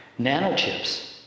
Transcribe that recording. Nanochips